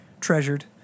treasured